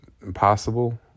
impossible